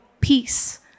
peace